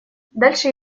дальше